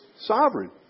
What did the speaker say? sovereign